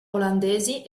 olandesi